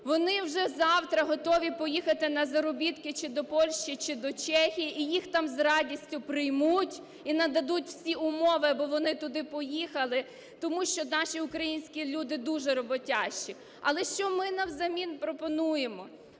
Вони вже завтра готові поїхати на заробітки чи до Польщі, чи до Чехії, і їх там з радістю приймуть і нададуть всі умови, бо вони туди поїхали, тому що наші українські люди дуже роботящі. Але що ми навзамін пропонуємо?